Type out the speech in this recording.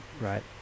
right